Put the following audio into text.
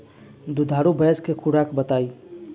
दुधारू भैंस के खुराक बताई?